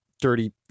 dirty